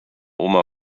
oma